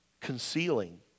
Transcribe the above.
Concealing